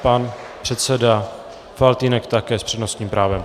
Pan předseda Faltýnek také s přednostním právem.